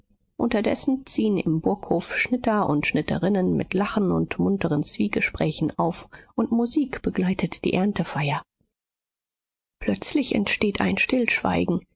unterdessen ziehen im burghof schnitter und schnitterinnen mit lachen und munteren zwiegesprächen auf und musik begleitet die erntefeier plötzlich entsteht ein stillschweigen